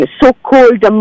so-called